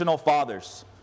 fathers